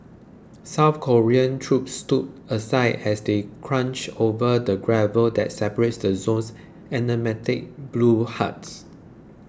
South Korean troops stood aside as they crunched over the gravel that separates the zone's emblematic blue huts